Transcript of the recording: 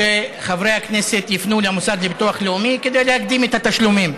שחברי הכנסת יפנו למוסד לביטוח הלאומי כדי להגדיל את התשלומים.